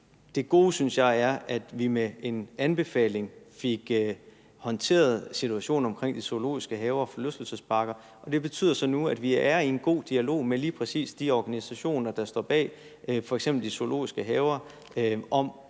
Det gode synes jeg er, at vi med en anbefaling fik håndteret situationen omkring zoologiske haver og forlystelsesparker, og det betyder så nu, at vi er i en god dialog med lige præcis de organisationer, der står bag f.eks. de zoologiske haver, om,